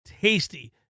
tasty